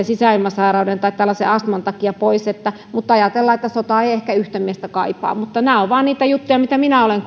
sisäilmasairauden tai tällaisen astman takia pois mutta ajatellaan että sota ei ehkä yhtä miestä kaipaa nämä ovat vain niitä juttuja ja tarinoita mitä minä olen